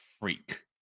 freak